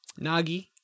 Nagi